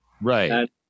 Right